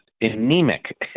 anemic